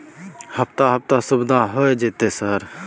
हफ्ता हफ्ता सुविधा होय जयते सर?